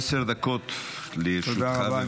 עשר דקות לרשותך, בבקשה.